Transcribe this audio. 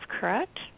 correct